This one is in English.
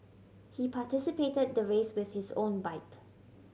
he participated the race with his own bike